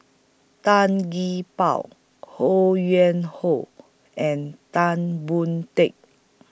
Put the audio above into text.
Tan Gee Paw Ho Yuen Hoe and Tan Boon Teik